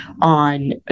on